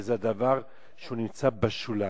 כי זה דבר שנמצא בשוליים.